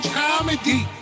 comedy